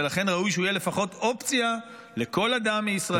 ולכן ראוי שהוא יהיה לפחות אופציה לכל אדם מישראל,